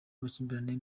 amakimbirane